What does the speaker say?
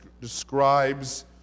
describes